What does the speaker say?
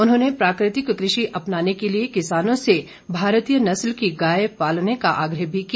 उन्होंने प्राकृतिक कृषि अपनाने के लिए किसानों से भारतीय नस्ल की गाय पालने का आग्रह भी किया